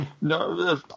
no